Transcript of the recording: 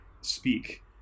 speak